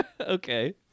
Okay